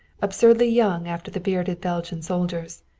absurdly young after the bearded belgian soldiers.